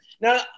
Now